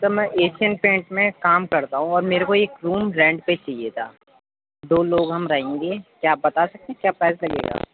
سر میں Asian paint میں کام کرتا ہوں اور میرے کو ایک روم رینٹ پہ چاہیے تھا دو لوگ ہم رہیں گے کیا آپ بتا سکتے ہیں کیا پرائس لگے گا